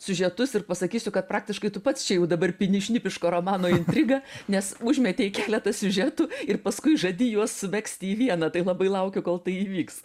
siužetus ir pasakysiu kad praktiškai tu pats čia jau dabar pini šnipiško romano intrigą nes užmetei keletą siužetų ir paskui žadi juos sumegzti į vieną tai labai laukiu kol tai įvyks